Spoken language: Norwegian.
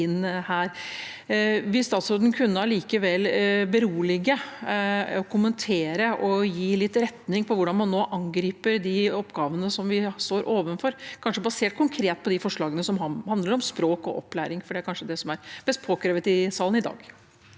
Vil statsråden allikevel kunne berolige, kommentere og gi litt retning for hvordan man nå angriper de oppgavene vi står overfor, kanskje konkret basert på de forslagene som handler om språk og opplæring? Det er kanskje det som er mest påkrevd i salen i dag.